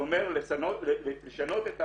זה אומר לשנות את הקריטריונים.